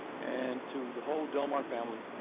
and to the whole del mar family.